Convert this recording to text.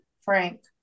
Frank